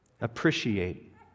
Appreciate